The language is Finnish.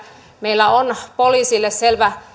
meillä on poliisille selvä